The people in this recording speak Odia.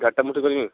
ଗାଡ଼ିଟା ମୁଁ ଠିକ୍ କରିବି